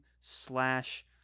slash